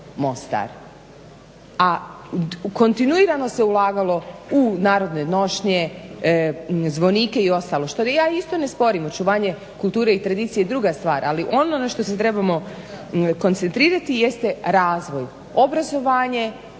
a kontinuirano se ulagalo u narodne nošnje, zvonike i ostalo što ja isto ne sporim, očuvanje kulture i tradicije je druga stvar, ali ono na što se trebamo koncentrirati jeste razvoj, obrazovanje,